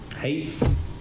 hates